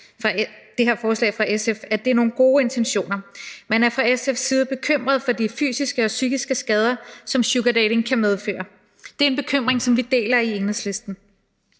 bag det her forslag fra SF er nogle gode intentioner. Man er fra SF's side bekymret for de fysiske og psykiske skader, som sugardating kan medføre – det er en bekymring, som vi deler i Enhedslisten